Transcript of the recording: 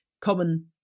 common